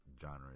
genre